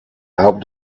able